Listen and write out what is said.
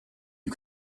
you